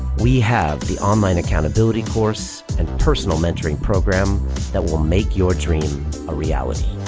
we have the online accountability course and personal mentoring programme that will make your dream a reality.